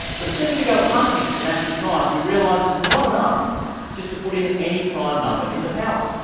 but as soon as we go hunting for massive primes, we realize it's not enough just to put in any prime number in the power.